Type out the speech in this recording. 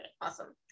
awesome